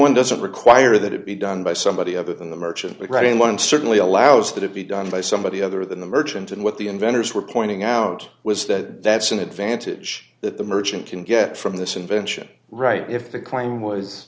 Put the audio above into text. one doesn't require that it be done by somebody other than the merchant writing one certainly allows that it be done by somebody other than the merchant and what the inventors were pointing out was that that's an advantage that the merchant can get from this invention right if the claim was